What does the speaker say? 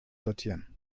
sortieren